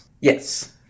Yes